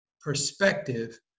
perspective